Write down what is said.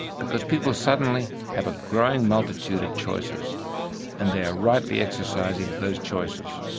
because people suddenly have a growing multitude of choices and they are rightly exercising those choices.